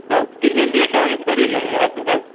दस किले लिए कम थोड़ी लूँगा तो दस